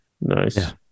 nice